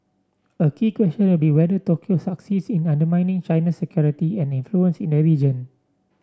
a key question would be whether Tokyo succeeds in undermining China's security and influence in the region